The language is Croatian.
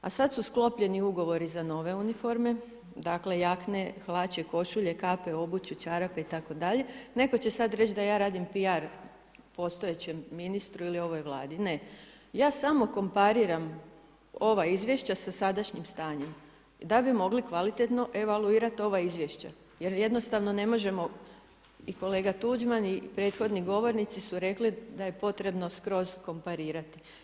A sad su sklopljeni ugovori za nove uniforme, dakle jakne, hlače, košulje, kape, obuća, čarape itd., netko će sad reći da ja radim PR postojećem ministru ili ovoj Vladi, ne ja samo kompariram ova izvješća sa sadašnjim stanjem da bi mogli kvalitetno evaluirati ova izvješća jer jednostavno ne možemo, i kolega Tuđman i prethodni govornici su rekli da je potrebno skroz komparirati.